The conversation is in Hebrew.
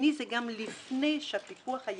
זה גם לפני הפיקוח היציבותי,